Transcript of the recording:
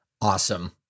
Awesome